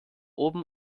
oben